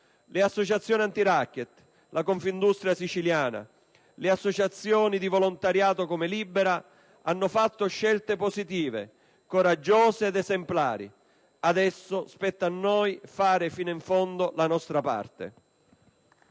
Le associazioni antiracket, la Confindustria siciliana, le associazioni di volontariato come Libera hanno fatto scelte positive, coraggiose ed esemplari. Adesso spetta a noi fare, fino in fondo, la nostra parte.